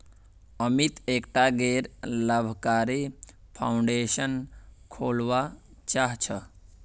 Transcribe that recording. अमित एकटा गैर लाभकारी फाउंडेशन खोलवा चाह छ